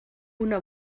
una